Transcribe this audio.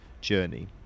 journey